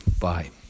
Bye